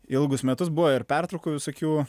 ilgus metus buvo ir pertraukų visokių